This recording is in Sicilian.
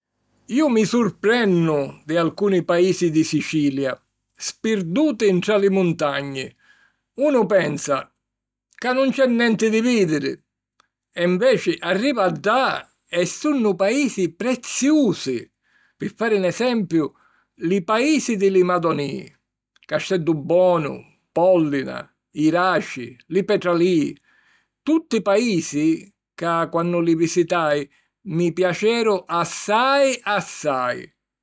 Iu mi surprennu di alcuni paisi di Sicilia, spirduti ntra li muntagni. Unu pensa ca nun c'è nenti di vìdiri e, nveci, arriva ddà e sunnu paisi preziusi. Pi fari 'n esempiu: li paisi di li Madonìi. Casteddubonu, Pòllina, Jiraci, li Petralìi: tutti paisi ca, quannu li visitai, mi piaceru assai assai!